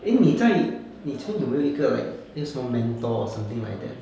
eh 你在你你 chur~ 有没有一个 like 有什么 mentor or something like that